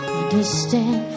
understand